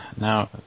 Now